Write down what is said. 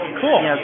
Cool